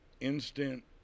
instant